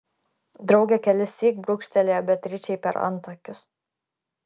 draugė kelissyk brūkštelėjo beatričei per antakius